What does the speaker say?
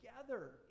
together